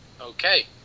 Okay